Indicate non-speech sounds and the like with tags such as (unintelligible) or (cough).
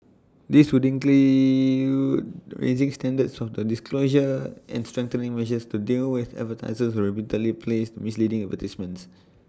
this would (unintelligible) raising standards of disclosure and strengthening measures to deal with advertisers who repeatedly place misleading advertisements